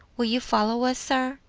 will you follow us, sir?